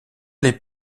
les